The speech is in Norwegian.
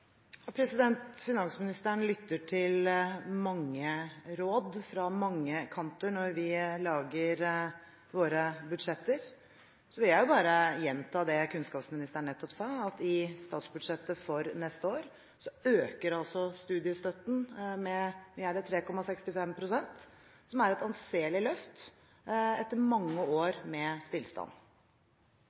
Finansministeren lytter til mange råd fra mange kanter når vi lager våre budsjetter. Jeg vil bare gjenta det kunnskapsministeren nettopp sa, at i statsbudsjettet for neste år øker studiestøtten med – er det – 3,65 pst., som er et anselig løft etter mange år med